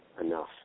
enough